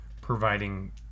providing